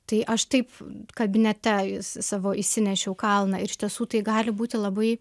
tai aš taip kabinete sa savo įsinešiau kalną ir iš tiesų tai gali būti labai